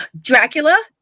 dracula